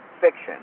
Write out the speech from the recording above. fiction